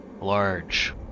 large